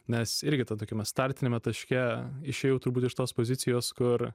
nes irgi tam tokiam startiniame taške išėjau turbūt iš tos pozicijos kur